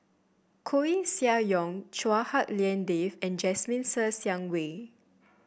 Koeh Sia Yong Chua Hak Lien Dave and Jasmine Ser Xiang Wei